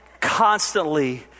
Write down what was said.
constantly